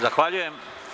Zahvaljujem.